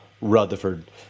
Rutherford